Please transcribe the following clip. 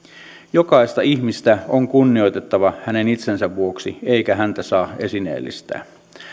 jokaista ihmistä on kunnioitettava hänen itsensä vuoksi eikä häntä saa esineellistää